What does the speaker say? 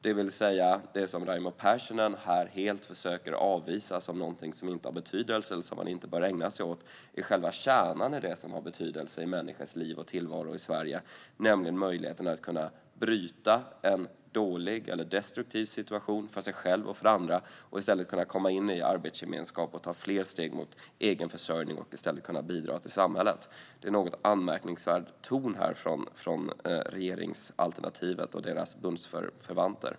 Det som Raimo Pärssinen försöker att avvisa som någonting som inte har betydelse eller som någonting man inte bör ägna sig åt är själva kärnan i det som har betydelse i människors liv och tillvaro i Sverige. Det handlar om möjligheten att kunna förändra en dålig eller destruktiv situation - för sig själv och för andra - och i stället kunna komma in i arbetsgemenskap och ta fler steg mot egenförsörjning och mot att kunna bidra till samhället. Regeringsalternativet och deras bundsförvanter har en något anmärkningsvärd ton här.